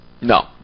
No